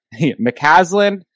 McCaslin